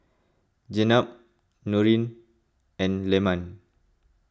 Jenab Nurin and Leman